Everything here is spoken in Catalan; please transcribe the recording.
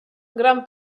gran